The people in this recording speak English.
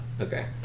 Okay